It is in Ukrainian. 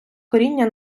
коріння